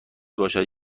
باشد